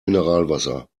mineralwasser